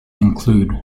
include